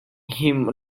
him